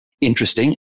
interesting